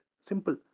Simple